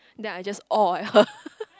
then I just oh at her